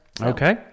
Okay